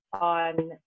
on